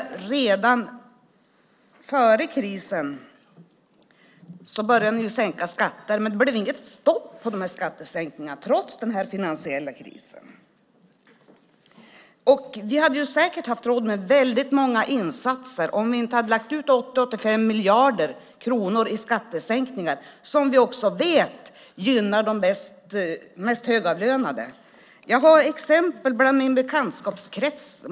Före krisen började ni sänka skatter, men det blev inget stopp på skattesänkningarna trots den finansiella krisen. Vi hade säkert haft råd med väldigt många insatser om ni inte hade lagt ut 80-85 miljarder kronor i skattesänkningar som vi vet gynnar de mest högavlönade. Jag har ett exempel i min bekantskapskrets.